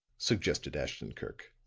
suggested ashton-kirk.